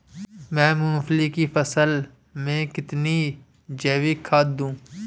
मैं मूंगफली की फसल में कितनी जैविक खाद दूं?